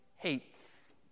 hates